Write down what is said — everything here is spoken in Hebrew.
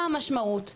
מה המשמעות?